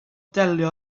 delio